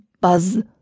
buzz